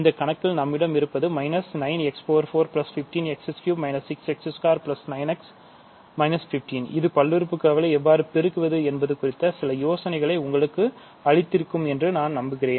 இந்த கணக்கில் நம்மிடம் இருப்பது 9x415x3 6x29x 15இது பல்லுறுப்புக்கோவைகளை எவ்வாறு பெருக்குவது என்பது குறித்த சில யோசனைகளை உங்களுக்கு அளித்திருக்கும் என நம்புகிறேன்